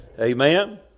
Amen